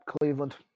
Cleveland